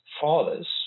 fathers